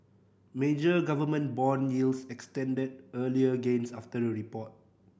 major government bond yields extended earlier gains after the report